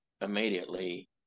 immediately